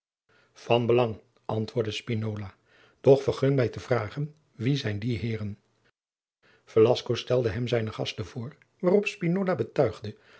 belang antwoordde spinola doch vergun mij te vragen wie zijn die heeren velasco stelde hem zijne gasten voor waarop spinola betuigde